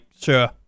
sure